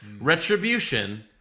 Retribution